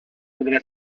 podrà